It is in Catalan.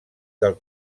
del